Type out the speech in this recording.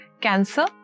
Cancer